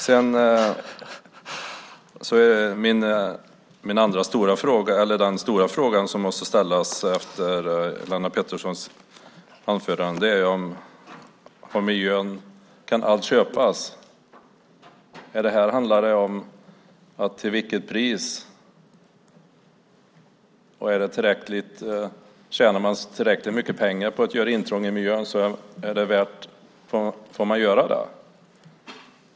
Den stora frågan som måste ställas efter Lennart Petterssons anförande om miljön är: Kan allt köpas? Här handlar det om till vilket pris: Tjänar man tillräckligt mycket pengar på att göra intrång i miljön får man göra det.